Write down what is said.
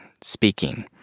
speaking